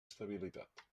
estabilitat